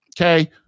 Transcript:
Okay